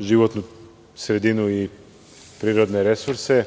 životnu sredinu i prirodne resurse,